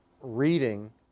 reading